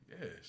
Yes